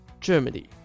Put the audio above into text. Germany